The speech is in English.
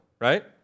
right